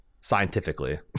scientifically